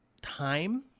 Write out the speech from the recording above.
time